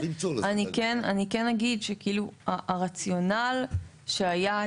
אני כן אגיד שכאילו הרציונל שהיה,